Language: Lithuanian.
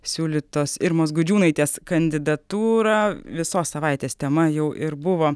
siūlytos irmos gudžiūnaitės kandidatūrą visos savaitės tema jau ir buvo